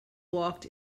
walked